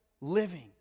living